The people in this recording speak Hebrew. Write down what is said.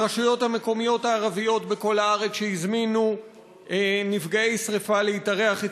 הרשויות המקומיות הערביות בכל הארץ שהזמינו נפגעי שרפה להתארח אצלם,